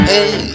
Hey